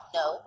no